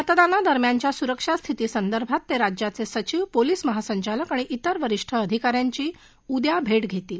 मतदानादरम्यानच्या सुरक्षा स्थितीसंदर्भात तजिज्याचक् सविव पोलिस महासंचालक आणि त्रिर वरिष्ठ अधिकाऱ्यांची उद्या भटघरीील